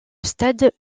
stade